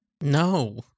No